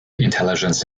intelligence